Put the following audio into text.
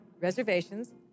reservations